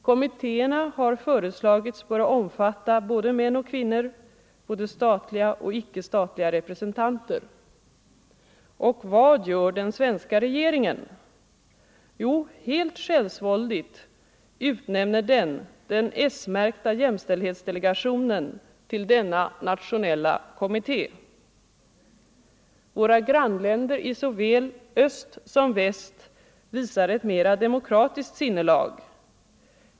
Kommittéerna har föreslagits böra omfatta både män och kvinnor, både statliga och icke-statliga representanter. Och vad gör den svenska regeringen? Jo, helt självsvådligt utnämnde regeringen den s-märkta jämställdhetsdelegationen till denna nationella kommitté. Våra grannländer i såväl öst som väst visar ett mera demokratiskt sinnelag.